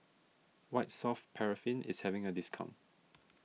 White Soft Paraffin is having a discount